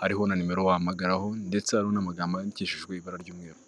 hariho na numero wahamagaraho ndetse anamagambo yandikishijwe ibara ry'umweru.